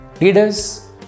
leaders